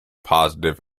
positive